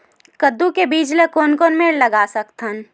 कददू के बीज ला कोन कोन मेर लगय सकथन?